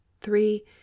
three